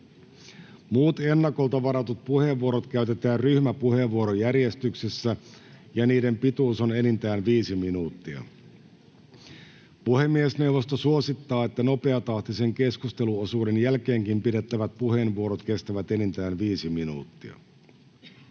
Muut ennakolta varatut puheenvuorot käytetään ryhmäpuheenvuorojärjestyksessä, ja niiden pituus on enintään viisi minuuttia. Puhemiesneuvosto suosittaa, että nopeatahtisen keskusteluosuuden jälkeenkin pidettävät puheenvuorot kestävät enintään viisi minuuttia.